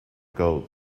gold